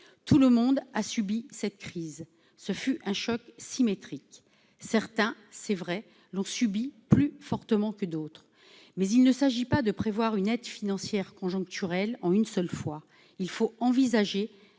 Tout le monde a subi cette crise. Ce fut un choc symétrique. Certains, il est vrai, l'ont subi plus fortement que d'autres. Mais il ne s'agit pas de prévoir une aide financière conjoncturelle en une seule fois. Il faut envisager